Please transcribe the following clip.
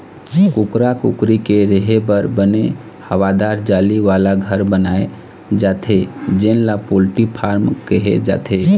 कुकरा कुकरी के रेहे बर बने हवादार जाली वाला घर बनाए जाथे जेन ल पोल्टी फारम कहे जाथे